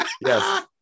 Yes